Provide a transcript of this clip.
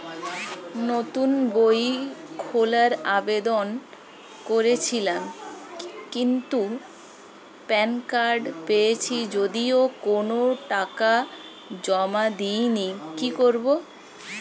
নতুন বই খোলার আবেদন করেছিলাম কিন্তু প্যান কার্ড পেয়েছি যদিও কোনো টাকা জমা দিইনি কি করব?